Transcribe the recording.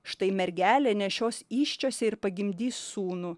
štai mergelė nešios įsčiose ir pagimdys sūnų